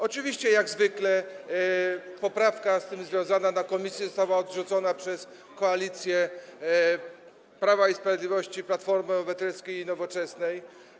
Oczywiście jak zwykle poprawka z tym związana na posiedzeniu komisji została odrzucona przez koalicję Prawa i Sprawiedliwości, Platformy Obywatelskiej i Nowoczesnej.